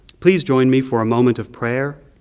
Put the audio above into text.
please join me for a moment of prayer,